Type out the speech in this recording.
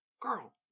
girl